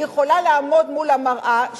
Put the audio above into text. היא יכולה לעמוד מול המראה,